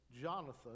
Jonathan